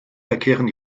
verkehren